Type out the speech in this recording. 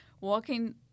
walking